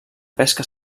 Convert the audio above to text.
pesca